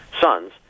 sons